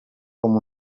com